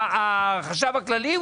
החשב הכללי?